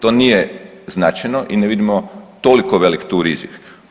To nije značajno i ne vidimo toliko velik tu rizik.